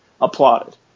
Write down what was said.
applauded